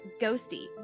GHOSTY